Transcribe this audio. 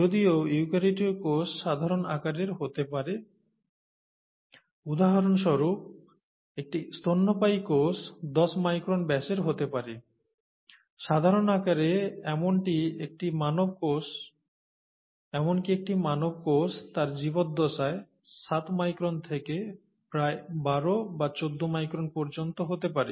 যদিও ইউক্যারিওটিক কোষ সাধারণ আকারের হতে পারে উদাহরণস্বরূপ একটি স্তন্যপায়ী কোষ 10 মাইক্রন ব্যাসের হতে পারে সাধারণ আকারে এমনকি একটি মানব কোষ তার জীবদ্দশায় 7 মাইক্রন থেকে প্রায় 12 বা 14 মাইক্রন পর্যন্ত হতে পারে